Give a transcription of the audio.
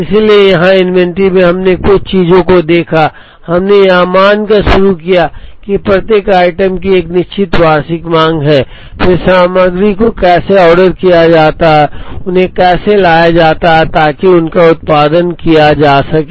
इसलिए यहां इन्वेंट्री में हमने कुछ चीजों को देखा हमने यह मानकर शुरू किया कि प्रत्येक आइटम की एक निश्चित वार्षिक मांग है और फिर सामग्री को कैसे ऑर्डर किया जाता है और उन्हें कैसे लाया जाता है ताकि उनका उत्पादन किया जा सके